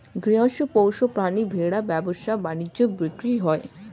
গৃহস্থ পোষ্য প্রাণী ভেড়া ব্যবসা বাণিজ্যে বিক্রি হয়